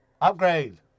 Upgrade